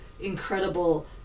incredible